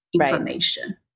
information